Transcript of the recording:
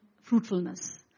fruitfulness